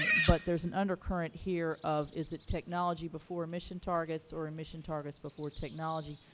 but there is an undercurrent here of, is it technology before emission targets, or emission targets before technology?